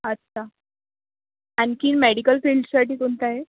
अच्छा आणखीन मेडिकल फील्डसाठी कोणतं आहे